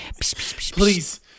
Please